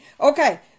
Okay